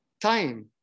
time